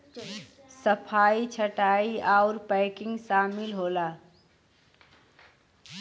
सफाई छंटाई आउर पैकिंग सामिल होला